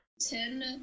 ten